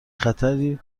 خطری